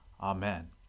Amen